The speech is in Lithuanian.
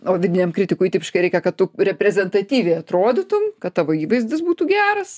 o vidiniam kritikui tipiškai reikia kad tu reprezentatyviai atrodytum kad tavo įvaizdis būtų geras